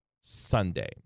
Sunday